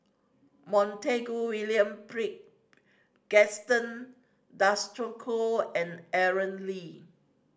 Montague William Gaston Dutronquoy and Aaron Lee